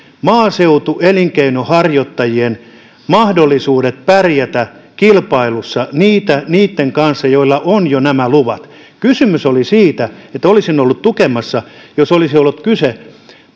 maaseutuelinkeinonharjoittajien mahdollisuudet pärjätä kilpailussa niitten kanssa joilla on jo nämä luvat kysymys oli siitä että olisin ollut tukemassa tätä jos olisi ollut kyse